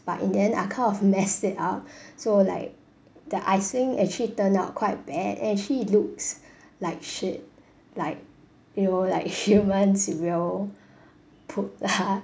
but in the end I kind of messed it up so like the icing actually turned out quite bad and actually looks like shit like you know like humans' real poop